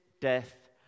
death